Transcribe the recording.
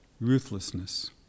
ruthlessness